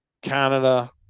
Canada